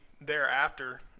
thereafter